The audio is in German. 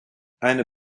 eine